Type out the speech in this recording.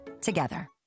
together